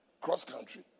Cross-country